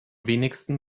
wenigsten